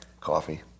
coffee